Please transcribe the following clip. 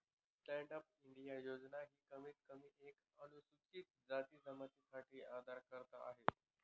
stand up India योजना ही कमीत कमी एक अनुसूचित जाती जमाती साठी उधारकर्ता आहे